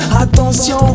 Attention